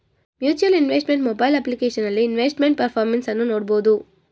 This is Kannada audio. ಮ್ಯೂಚುವಲ್ ಇನ್ವೆಸ್ಟ್ಮೆಂಟ್ ಮೊಬೈಲ್ ಅಪ್ಲಿಕೇಶನಲ್ಲಿ ಇನ್ವೆಸ್ಟ್ಮೆಂಟ್ ಪರ್ಫಾರ್ಮೆನ್ಸ್ ಅನ್ನು ನೋಡ್ಬೋದು